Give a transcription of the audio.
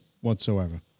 whatsoever